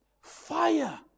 fire